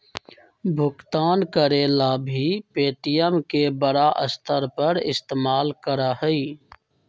भुगतान करे ला भी पे.टी.एम के बड़ा स्तर पर इस्तेमाल करा हई